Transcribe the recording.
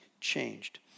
changed